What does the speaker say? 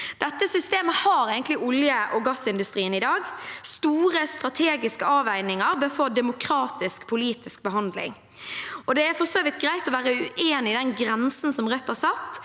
Dette systemet har egentlig olje- og gassindustrien i dag. Store, strategiske avveininger bør få demokratisk politisk behandling. Det er for så vidt greit å være uenig i den grensen som Rødt har satt,